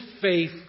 faith